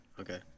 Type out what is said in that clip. okay